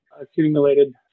accumulated